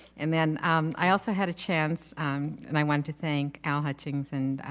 and then um i also had a chance and i wanted to thank al hutchinson,